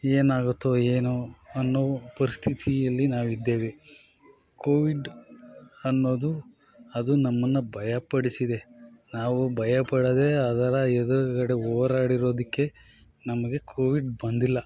ಏನಾಗುತ್ತೋ ಏನೋ ಅನ್ನೋ ಪರಿಸ್ಥಿತಿಯಲ್ಲಿ ನಾವಿದ್ದೇವೆ ಕೋವಿಡ್ ಅನ್ನೋದು ಅದು ನಮ್ಮನ್ನು ಭಯಪಡಿಸಿದೆ ನಾವು ಭಯಪಡದೆ ಅದರ ಎದುರುಗಡೆ ಹೋರಾಡಿರೋದಕ್ಕೆ ನಮಗೆ ಕೋವಿಡ್ ಬಂದಿಲ್ಲ